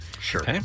Sure